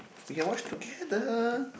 we can watch together